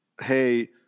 hey